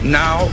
now